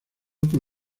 con